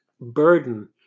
burden